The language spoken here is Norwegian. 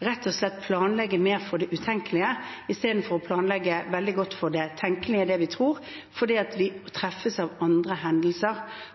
rett og slett planlegge mer for det utenkelige istedenfor å planlegge veldig godt for det tenkelige, det vi tror, for vi treffes av andre hendelser.